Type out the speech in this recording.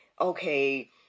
okay